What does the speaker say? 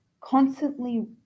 constantly